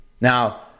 Now